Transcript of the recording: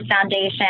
Foundation